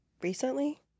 recently